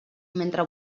mentre